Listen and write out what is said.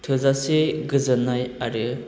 थोजासे गोजोन्नाय आरो